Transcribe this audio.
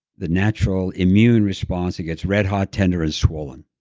the natural immune response it gets red hot, tender and swollen.